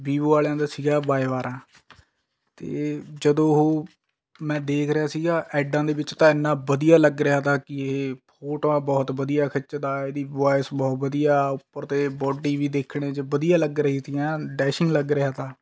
Vivo ਵਾਲਿਆਂ ਦਾ ਸੀਗਾ ਬਾਏ ਬਾਰ੍ਹਾਂ ਤਾਂ ਜਦੋਂ ਉਹ ਮੈਂ ਦੇਖ ਰਿਹਾ ਸੀਗਾ ਐਡਾਂ ਦੇ ਵਿੱਚ ਤਾਂ ਇੰਨਾ ਵਧੀਆ ਲੱਗ ਰਿਹਾ ਤਾ ਕਿ ਇਹ ਫੋਟੋਆਂ ਬਹੁਤ ਵਧੀਆ ਖਿੱਚਦਾ ਹੈ ਇਹਦੀ ਵੁਆਏਸ ਬਹੁਤ ਵਧੀਆ ਉੱਪਰ 'ਤੇ ਬੋਡੀ ਵੀ ਦੇਖਣੇ 'ਚ ਵਧੀਆ ਲੱਗ ਰਹੀ ਸੀ ਐਨ ਡੈਸ਼ਿੰਗ ਲੱਗ ਰਿਹਾ ਤਾ